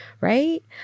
right